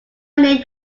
name